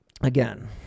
again